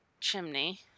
Chimney